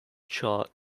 chart